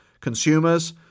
Consumers